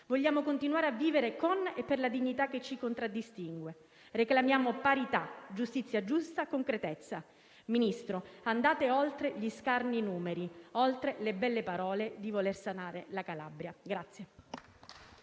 Vogliamo continuare a vivere con e per la dignità che ci contraddistingue; reclamiamo parità, giustizia giusta, concretezza. Ministro, andate oltre gli scarni numeri, oltre le belle parole di voler sanare la Calabria».